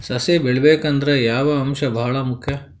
ಸಸಿ ಬೆಳಿಬೇಕಂದ್ರ ಯಾವ ಅಂಶ ಭಾಳ ಮುಖ್ಯ?